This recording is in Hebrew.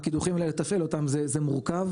הקידוחים לתפעל אותם זה מורכב,